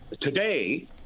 Today